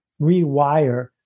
rewire